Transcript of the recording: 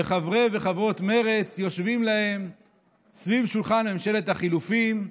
וחברי וחברות מרצ יושבים להם סביב שולחן ממשלת החילופים,